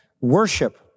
worship